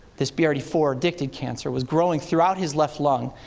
this b r d four addicted cancer was growing throughout his left lung.